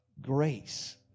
grace